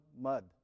mud